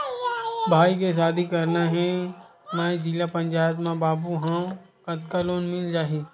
भाई के शादी करना हे मैं जिला पंचायत मा बाबू हाव कतका लोन मिल जाही?